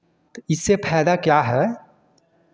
उससे फ़ायदा क्या है